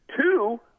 Two